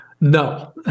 No